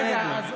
בסדר.